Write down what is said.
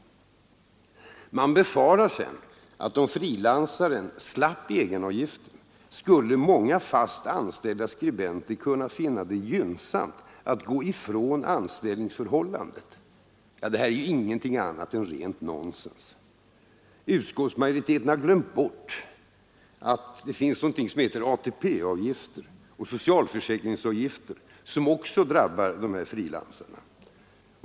Och så befarar man att om frilansaren slapp egenavgiften, skulle många fast anställda skribenter finna det gynnsamt att gå ifrån anställningsförhållandet. Detta är ingenting annat än rent nonsens. Utskottsmajoriteten har glömt bort att det finns något som heter ATP-avgift och socialförsäkringsavgift, som också drabbar frilansarna.